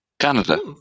Canada